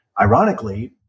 Ironically